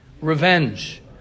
revenge